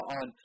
on